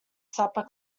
supper